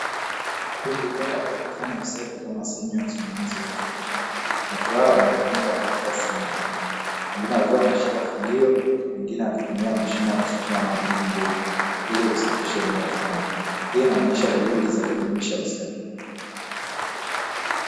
Kundi la watu wakifanya usafi kama sehemu ya usimamaizi wa taka. Watu hao wamegawanyika katika sehemu mbili, wengine wakiwa wameshika fagio na wengine wakitumia mashine ya kusukuma maji kwa nguvu ili kusafisha flani. Hii inaonyesha juhudi za kudumisha usafi.